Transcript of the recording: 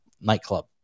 nightclub